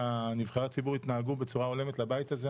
שנבחרי הציבור יתנהגו בצורה הולמת לבית הזה.